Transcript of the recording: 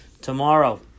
tomorrow